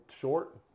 short